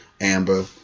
Amber